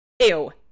Ew